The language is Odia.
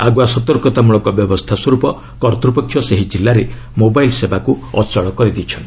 ଆଗୁଆ ସତର୍କତା ମୂଳକ ବ୍ୟବସ୍ଥା ସ୍ୱର୍ପ କର୍ତ୍ତ୍ୱପକ୍ଷ ସେହି ଜିଲ୍ଲାରେ ମୋବାଇଲ୍ ସେବା ଅଚଳ ରଖିଛନ୍ତି